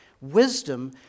Wisdom